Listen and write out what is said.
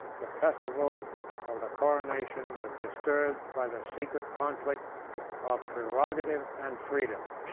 the festival of the coronation was disturbed by the secret conflict of prerogative and freedom,